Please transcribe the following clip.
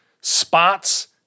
spots